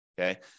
okay